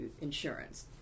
insurance